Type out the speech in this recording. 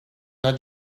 not